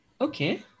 okay